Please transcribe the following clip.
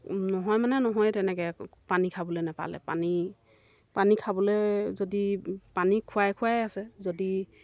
নহয় মানে নহয় তেনেকৈ পানী খাবলৈ নেপালে পানী পানী খাবলৈ যদি পানী খুৱাই খুৱাই আছে যদি